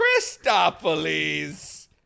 Christopolis